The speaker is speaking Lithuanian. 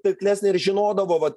taiklesnė ir žinodavo vat